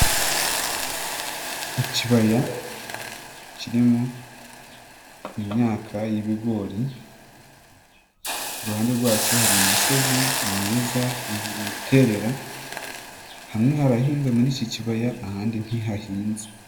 Ikibaya kirimo imyaka y'ibigori iruhande rwacyo hari imisozi myiza iterera hamwe harahinze muri iki kibaya ahandi ntihahinze.